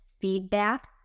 feedback